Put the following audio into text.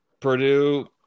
Purdue